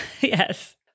Yes